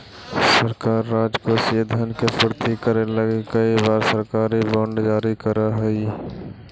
सरकार राजकोषीय धन के पूर्ति करे लगी कई बार सरकारी बॉन्ड जारी करऽ हई